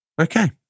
Okay